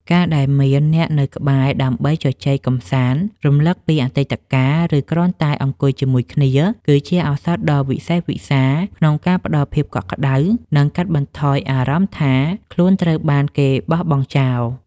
ការដែលមានអ្នកនៅក្បែរដើម្បីជជែកកម្សាន្ត រំលឹកពីអតីតកាល ឬគ្រាន់តែអង្គុយជាមួយគ្នា គឺជាឱសថដ៏វិសេសវិសាលក្នុងការផ្ដល់ភាពកក់ក្ដៅ និងកាត់បន្ថយអារម្មណ៍ថាខ្លួនត្រូវបានគេបោះបង់ចោល។